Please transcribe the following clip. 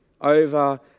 over